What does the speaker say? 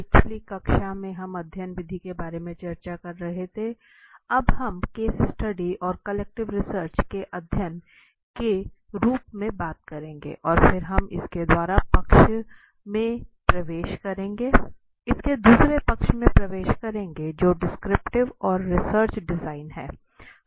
पिछली कक्षा में हम अध्ययन विधि के बारे में चर्चा कर रहे थे अब हम केस स्टडी को क्वालिटेटिव रिसर्च के अध्ययन के रूप में बात करेंगे और फिर हम इसके दूसरे पक्ष में प्रवेश करेंगे जो डिस्क्रिप्टिव और रिसर्च डिज़ाइन है